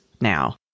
now